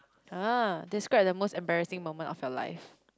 [huh] describe the most embarrassing moment of your life